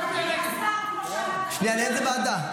השר, כמו שאמרת --- שנייה, לאיזו ועדה?